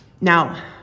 Now